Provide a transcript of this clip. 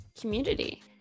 community